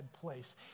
place